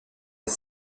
les